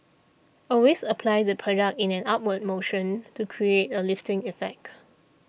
always apply the product in an upward motion to create a lifting effect